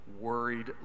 worried